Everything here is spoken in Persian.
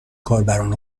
کاربران